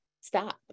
stop